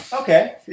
Okay